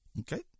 Okay